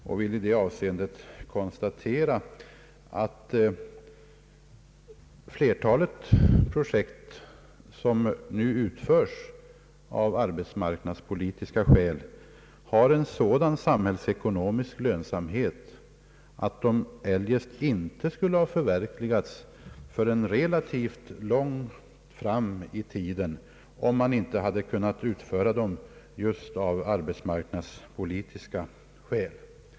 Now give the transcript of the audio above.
Jag vill i det avseendet framhålla att flertalet projekt som nu utförs av arbetsmarknadspolitiska skäl har en sådan samhällsekonomisk lönsamhet, att de eljest inte skulle ha verkställts förrän relativt långt fram i tiden.